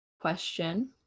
question